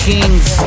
Kings